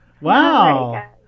Wow